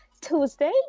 Tuesday